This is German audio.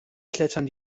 klettern